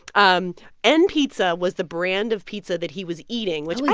um and pizza was the brand of pizza that he was eating, which.